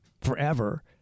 forever